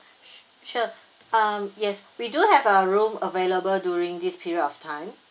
s~ sure um yes we do have a room available during this period of time